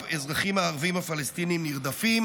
שבה האזרחים הערבים הפלסטינים נרדפים,